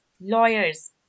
lawyers